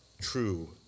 true